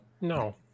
no